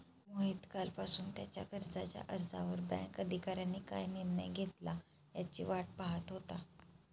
मोहित कालपासून त्याच्या कर्जाच्या अर्जावर बँक अधिकाऱ्यांनी काय निर्णय घेतला याची वाट पाहत होता